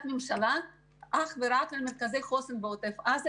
ממשלה אך ורק למרכזי חוסן בעוטף עזה,